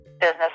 business